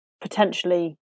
potentially